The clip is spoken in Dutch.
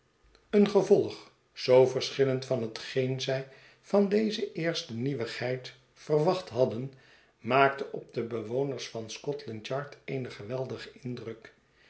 een gevolg zoo verschillend van hetgeen zij van deze eerste nieuwigheid verwachthadden maakte op de bewoners van s cot land yard een ge weldigen indruk